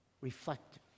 reflective